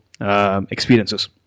experiences